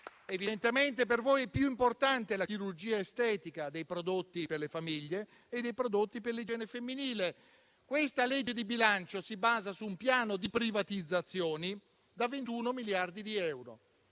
Evidentemente per voi è più importante la chirurgia estetica dei prodotti per le famiglie e dei prodotti per l'igiene femminile. Questa legge di bilancio si basa su un piano di privatizzazioni da 21 miliardi di euro,